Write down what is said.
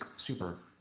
super.